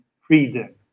freedom